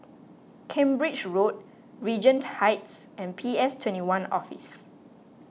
Cambridge Road Regent Heights and P S twenty one Office